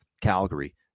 Calgary